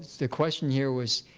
the question here was,